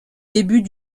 début